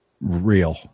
real